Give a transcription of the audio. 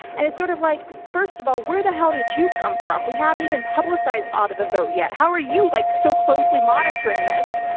and it's sort of like, first of all, where the hell did you come from? we haven't even publicize audit the vote yet. how are you like so closely monitoring this?